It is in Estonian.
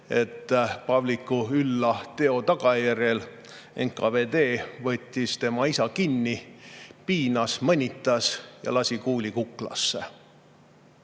et Pavliku ülla teo tagajärjel võttis NKVD tema isa kinni, piinas, mõnitas ja lasi kuuli kuklasse.